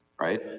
right